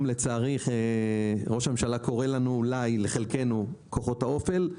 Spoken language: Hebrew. לצערי ראש הממשלה קורא אולי לחלקנו כוחות האופל.